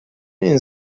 این